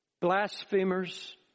blasphemers